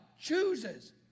chooses